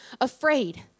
afraid